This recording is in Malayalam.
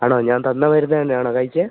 ആണോ ഞാൻ തന്ന മരുന്നു തന്നെയാണോ കഴിച്ചത്